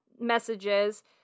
messages